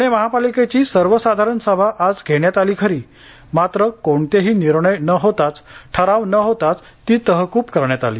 पुणे महापालिकेची सर्वसाधारण सभा आज घेण्यात आली खरी मात्र कोणतेही निर्णय ठराव न होताच ती तहकूब करण्यात आली